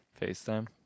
FaceTime